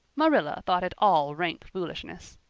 marilla thought it all rank foolishness.